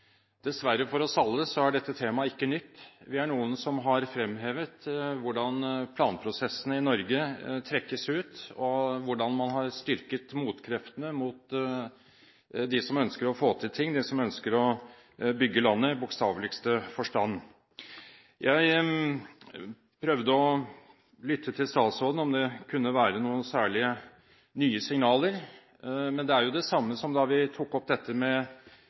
styrket motkreftene mot dem som ønsker å få til ting – de som ønsker å bygge landet, i bokstaveligste forstand. Jeg prøvde å lytte til statsråden for å høre om det kunne være noen særlig nye signaler, men det er det samme som da vi tok dette opp med statsråd Navarsete som ansvarlig for boligpolitikken. Dette skulle man se på, vurdere og ha en gjennomgang av. Det ble til og med